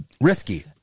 risky